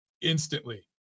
instantly